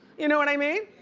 you know what i mean?